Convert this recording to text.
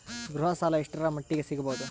ಗೃಹ ಸಾಲ ಎಷ್ಟರ ಮಟ್ಟಿಗ ಸಿಗಬಹುದು?